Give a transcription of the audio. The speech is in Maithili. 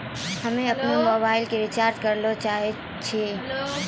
हम्मे अपनो मोबाइलो के रिचार्ज करना चाहै छिये